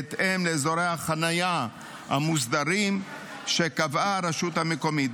בהתאם לאזורי החניה המוסדרים שקבעה הרשות המקומית.